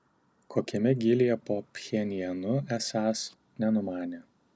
kokiame gylyje po pchenjanu esąs nenumanė